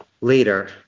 later